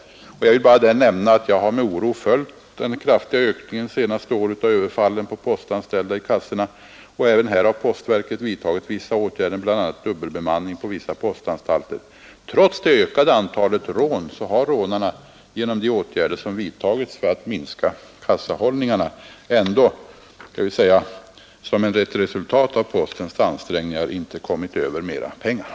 Jag vill nämna att jag med oro följt den kraftiga ökningen av överfallen det senaste året mot postanställda i kassorna, och även här har postverket vidtagit vissa åtgärder, bl.a. dubbelbemanning på vissa postanstalter. Trots det ökade antalet rån har rånarna genom de åtgärder som postverket vidtagit för att minska kassahållningarna inte kommit över mera pengar än tidigare.